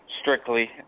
strictly